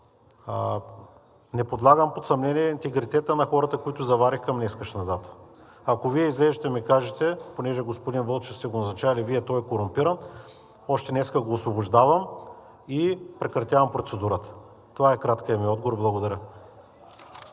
Не подлагам под съмнение интегритета на хората, които заварих към днешна дата. Ако вие излезете и ми кажете, понеже господин Вълчев сте го назначавали Вие, а той е корумпиран, още днеска го освобождавам и прекратявам процедурата. Това е краткият ми отговор. Благодаря.